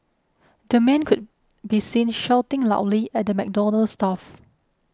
the man could be seen shouting loudly at the McDonald's staff